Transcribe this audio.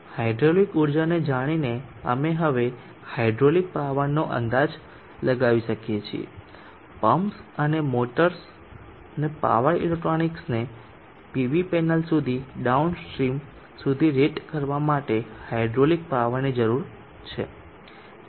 hydraulic ઊર્જાને જાણીને અમે હવે હાઇડ્રોલિક પાવરનો અંદાજ લગાવી શકીએ છીએ પમ્પ્સ અને મોટર્સ અને પાવર ઇલેક્ટ્રોનિક્સને પીવી પેનલ સુધી ડાઉનસ્ટ્રીમ સુધી રેટ કરવા માટે હાઇડ્રોલિક પાવરની જરૂર છે